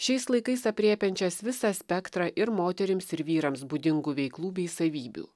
šiais laikais aprėpiančias visą spektrą ir moterims ir vyrams būdingų veiklų bei savybių